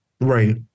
Right